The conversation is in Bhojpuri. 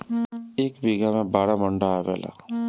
एक बीघा में बारह मंडा आवेला